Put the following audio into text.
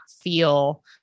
feel